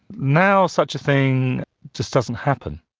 now such a thing just doesn't happen.